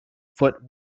foot